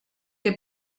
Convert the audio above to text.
que